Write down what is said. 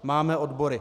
Máme odbory.